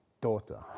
daughter